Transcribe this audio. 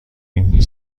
این